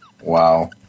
Wow